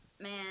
Man